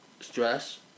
stress